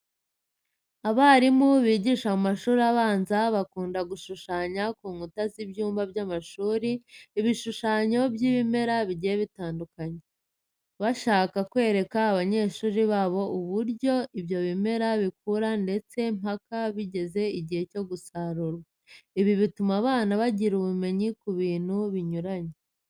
Abarimu bigisha mu mashuri abanza bakunda gushushanya ku nkuta z'ibyumba by'amashuri ibishushanyo by'ibimera bigiye bitandukanye, bashaka kwereka abanyeshuri babo uburyo ibyo bimera bikuramo ndetse mpaka bigeze igihe cyo gusarurwa. Ibi bituma abana bagira ubumenyi ku bintu binyuranye.